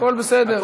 הכול בסדר.